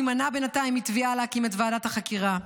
תימנע בינתיים מתביעה להקים את ועדת החקירה.